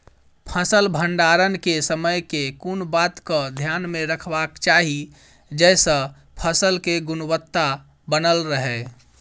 फसल भण्डारण केँ समय केँ कुन बात कऽ ध्यान मे रखबाक चाहि जयसँ फसल केँ गुणवता बनल रहै?